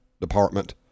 department